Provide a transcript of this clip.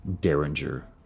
Derringer